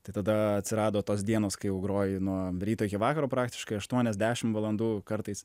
tai tada atsirado tos dienos kai jau groji nuo ryto iki vakaro praktiškai aštuonias dešim valandų kartais